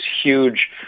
huge